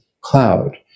cloud